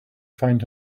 find